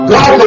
God